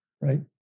right